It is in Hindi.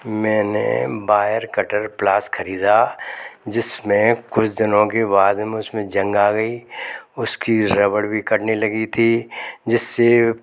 मैंने बायर कटर प्लास खरीदा जिसमें कुछ दिनों के बाद में उसमें जंग आ गई उसकी रबड़ भी कटने लगी थी जिससे